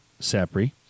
Sapri